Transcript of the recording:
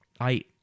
I-